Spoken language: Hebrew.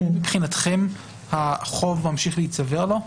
האם מבחינתכם החוב ממשיך להצטבר לו?